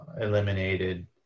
eliminated